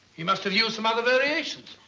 he must have used some other variations.